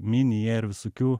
mini jie ir visokių